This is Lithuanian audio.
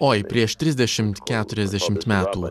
oi prieš trisdešimt keturiasdešimt metų